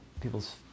people's